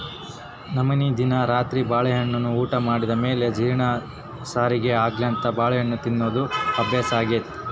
ನಮ್ಮನೆಗ ದಿನಾ ರಾತ್ರಿ ಬಾಳೆಹಣ್ಣನ್ನ ಊಟ ಮಾಡಿದ ಮೇಲೆ ಜೀರ್ಣ ಸರಿಗೆ ಆಗ್ಲೆಂತ ಬಾಳೆಹಣ್ಣು ತಿನ್ನೋದು ಅಭ್ಯಾಸಾಗೆತೆ